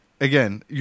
Again